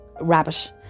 rabbit